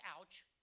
ouch